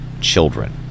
children